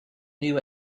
knew